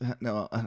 no